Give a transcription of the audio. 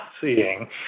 seeing